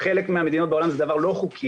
שבחלק מהמדינות בעולם זה לא חוקי.